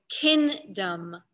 kingdom